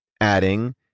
adding